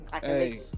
Hey